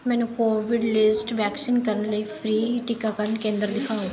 ਮੈਨੂੰ covid list vaccine ਲਈ free ਟੀਕਾਕਰਨ ਕੇਂਦਰ ਦਿਖਾਓ